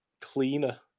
cleaner